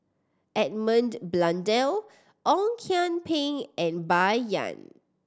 Edmund Blundell Ong Kian Peng and Bai Yan